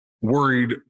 worried